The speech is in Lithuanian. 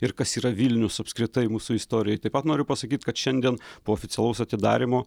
ir kas yra vilnius apskritai mūsų istorijoj taip pat noriu pasakyt kad šiandien po oficialaus atidarymo